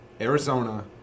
Arizona